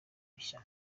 bishya